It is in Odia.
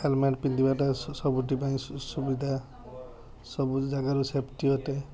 ହେଲମେଟ୍ ପିନ୍ଧିବାଟା ସବୁଠି ପାଇଁ ସୁବିଧା ସବୁ ଜାଗାରେ ସେଫ୍ଟି ଅଟେ